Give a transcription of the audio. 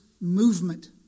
movement